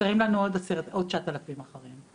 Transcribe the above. אבל חסרים לנו עוד 9,000 אחריהם.